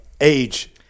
Age